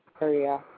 area